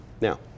Now